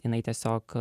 jinai tiesiog